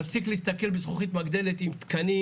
להפסיק להסתכל בזכוכית מגדלת עם תקנים